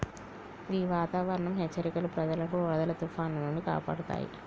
గీ వాతావరనం హెచ్చరికలు ప్రజలను వరదలు తుఫానాల నుండి కాపాడుతాయి